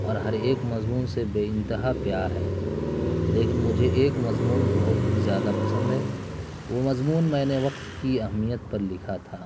اور ہر ایک مضمون سے بے انتہا پیار ہے لیکن مجھے ایک مضمون بہت زیادہ پسند ہے وہ مضمون میں نے وقت کی اہمیت پر لکھا تھا